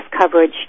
coverage